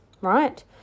Right